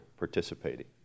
participating